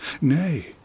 nay